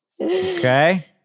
okay